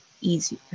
easier